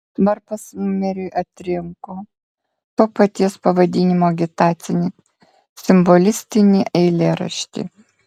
varpas numeriui atrinko to paties pavadinimo agitacinį simbolistinį eilėraštį